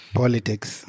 politics